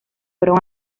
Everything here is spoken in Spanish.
fueron